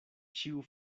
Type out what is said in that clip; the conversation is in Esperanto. ĉiu